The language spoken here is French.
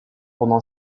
pendant